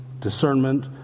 discernment